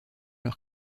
leur